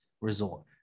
resort